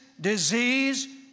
disease